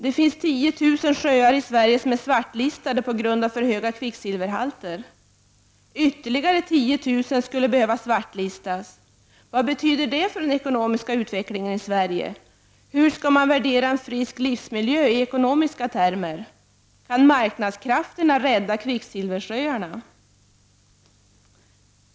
Det finns i Sverige 10 000 sjöar som är svartlistade på grund av för höga kvicksilverhalter, och ytterligare 10 000 skulle behöva svartlistas. Vad betyder det för den ekonomiska utvecklingen i Sverige? Hur skall man värdera en frisk livsmiljö i ekonomiska termer? Kan marknadskrafterna rädda kvicksilversjöarna?